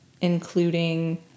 including